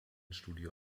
studio